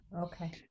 Okay